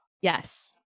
Yes